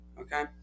okay